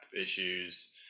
issues